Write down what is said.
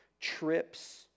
trips